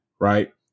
Right